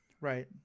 Right